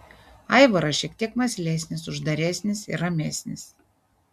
aivaras šiek tiek mąslesnis uždaresnis ir ramesnis